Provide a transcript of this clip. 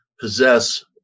possess